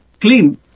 clean